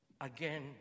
Again